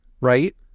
right